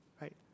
Right